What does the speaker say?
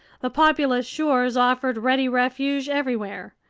the populous shores offered ready refuge everywhere.